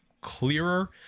clearer